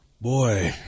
Boy